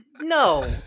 no